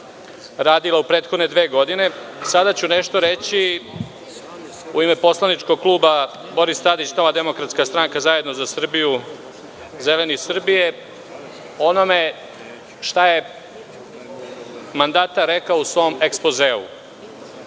radila u prethodne dve godine. Sada ću nešto reći u ime poslaničkog kluba Boris Tadić – Nova demokratska stranka, Zajedno za Srbiju, Zeleni Srbije o onome šta je mandatar rekao u svom ekspozeu. Prvo,